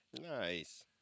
Nice